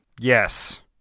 Yes